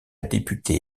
députée